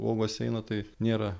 uogos eina tai nėra